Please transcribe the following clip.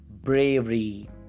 bravery